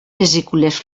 vesícules